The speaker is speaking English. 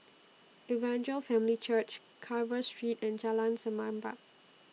Evangel Family Church Carver Street and Jalan Semerbak